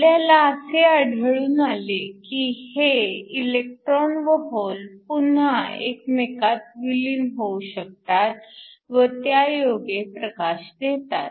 आपल्याला असे आढळून आले की हे इलेक्ट्रॉन व होल पुन्हा एकमेकांत विलीन होऊ शकतात व त्यायोगे प्रकाश देतात